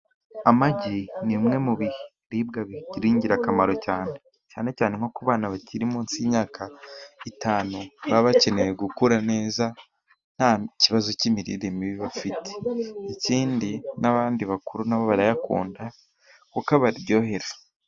Amagi ni kimwe mu biribwa bigira ingirakamaro cyane cyane nko ku bana bakiri munsi y'imyaka itanu baba bakeneye gukura neza nta kibazo cy'imirire mibi bafite . Ikindi n'abandi bakuru nabo barayakunda kuko abaryohera.